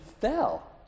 fell